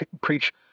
preach